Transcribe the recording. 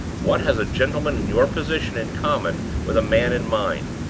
what has a gentleman in your position in common with a man in mine?